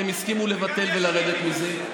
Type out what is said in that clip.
והם הסכימו לבטל ולרדת מזה,